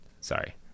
Sorry